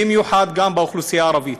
במיוחד גם באוכלוסייה הערבית.